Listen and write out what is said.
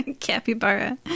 capybara